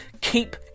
Keep